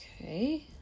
Okay